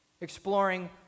exploring